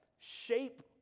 shape